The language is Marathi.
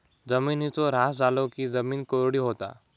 जिमिनीचो ऱ्हास झालो की जिमीन कोरडी होता